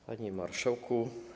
Panie Marszałku!